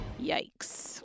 Yikes